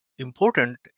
Important